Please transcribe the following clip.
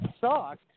sucked